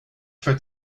for